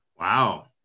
Wow